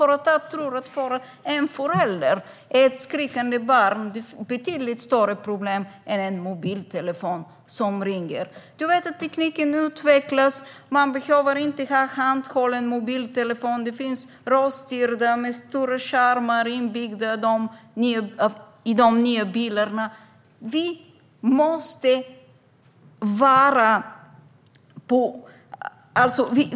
En förälder med ett skrikande barn i bilen är ett betydligt större problem än en mobiltelefon som ringer. Tekniken utvecklas. Man behöver inte ha en handhållen mobiltelefon. Det finns röststyrda med stora skärmar inbyggda i de nya bilarna.